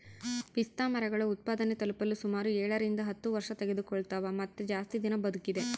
ಪಿಸ್ತಾಮರಗಳು ಉತ್ಪಾದನೆ ತಲುಪಲು ಸುಮಾರು ಏಳರಿಂದ ಹತ್ತು ವರ್ಷತೆಗೆದುಕೊಳ್ತವ ಮತ್ತೆ ಜಾಸ್ತಿ ದಿನ ಬದುಕಿದೆ